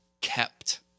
kept